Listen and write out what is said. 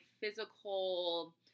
physical